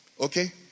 Okay